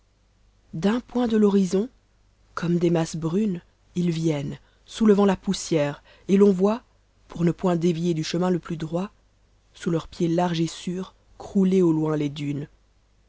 point de hor zon comme des masses brunes ils viennent soulevant la poussière et l'on vo t l'our ne point dévier du chemin le plus droit sous leur pied large et sar crouler au loin les dunes